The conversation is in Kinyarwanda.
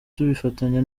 twifatanya